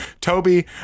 Toby